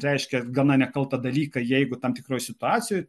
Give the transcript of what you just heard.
reiškia gana nekaltą dalyką jeigu tam tikroj situacijoj